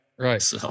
Right